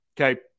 okay